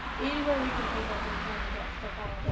anywhere we can think of one trying to drop stuff off.